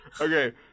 Okay